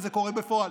וזה קורה בפועל,